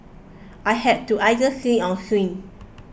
I had to either sink or swim